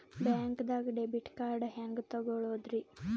ಬ್ಯಾಂಕ್ದಾಗ debit card ಹೆಂಗ್ ತಗೊಳದ್ರಿ?